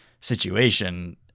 situation